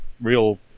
real